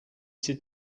sie